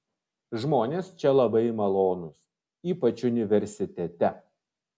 žmonės čia labai malonūs ypač universitete